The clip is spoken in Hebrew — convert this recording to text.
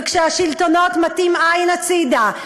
וכשהשלטונות מטים עין הצדה,